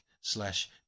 slash